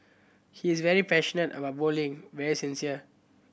he is very passionate about bowling very sincere